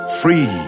Free